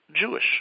Jewish